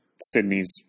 Sydney's